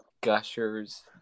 gushers